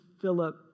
Philip